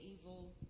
evil